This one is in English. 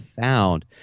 found